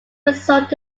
resort